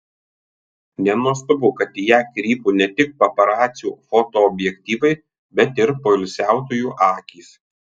nenuostabu kad į ją krypo ne tik paparacių fotoobjektyvai bet ir poilsiautojų akys